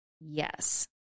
yes